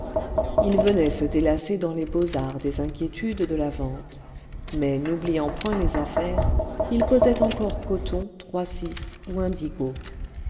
ils venaient se délasser dans les beaux-arts des inquiétudes de la vente mais n'oubliant point les affaires ils causaient encore cotons trois-six ou indigo